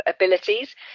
abilities